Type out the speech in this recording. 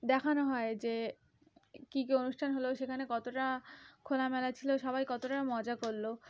দেখানো হয় যে কী কী অনুষ্ঠান হলো সেখানে কতটা খোলামেলা ছিল সবাই কতটা মজা করল